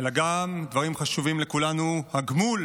אלא גם דברים חשובים לכולנו, הגמול